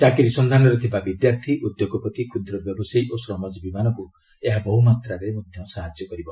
ଚାକିରୀ ସନ୍ଧାନରେ ଥିବା ବିଦ୍ୟାର୍ଥୀ ଉଦ୍ୟୋଗପତି କ୍ଷୁଦ୍ର ବ୍ୟବସାୟୀ ଓ ଶ୍ରମଜୀବୀମାନଙ୍କୁ ଏହା ବହୁମାତ୍ରାରେ ସାହାଯ୍ୟ କରିବ